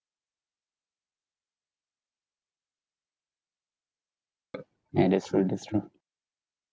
ya that's true that's K